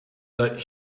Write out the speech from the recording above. that